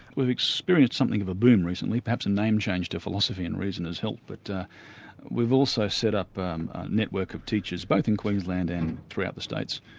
we've experienced something of a boom recently, perhaps a name-change to philosophy and reason has helped, but we've also set up um a network of teachers, both in queensland throughout the states,